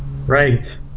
Right